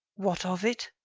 what of it?